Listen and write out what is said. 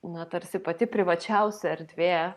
na tarsi pati privačiausia erdvė